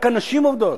רק הנשים עובדות,